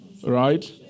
Right